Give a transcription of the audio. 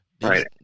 right